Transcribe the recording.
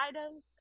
items